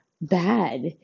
bad